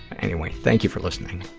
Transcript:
anyway, thank you for listening.